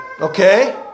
Okay